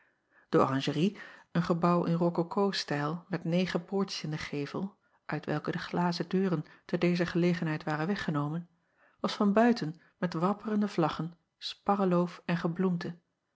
e oranjerie een gebouw in rococo stijl met negen poortjes in den gevel uit welke de glazen deuren te dezer gelegenheid waren weggenomen was van buiten met wapperende vlaggen sparreloof en gebloemte